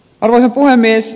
arvoisa puhemies